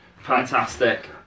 Fantastic